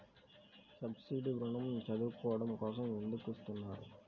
Subsidy ఋణం చదువుకోవడం కోసం ఎందుకు ఇస్తున్నారు?